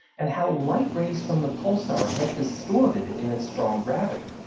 and how light-rays from the pulsar get distorted in its strong gravity.